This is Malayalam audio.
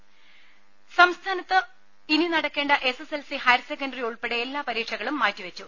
ടെട്ട സംസ്ഥാനത്ത് ഇനി നടക്കേണ്ട എസ് എൽ സി ഹയർസെക്കണ്ടറി ഉൾപ്പെടെ എല്ലാ പരീക്ഷകളും മാറ്റിവച്ചു